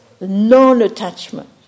non-attachment